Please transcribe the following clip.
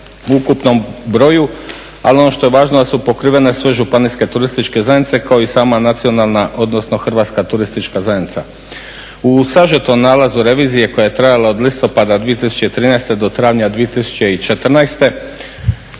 U sažetom nalazu revizije koja je trajala od listopada 2013. do travnja 2014.